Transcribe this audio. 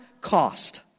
cost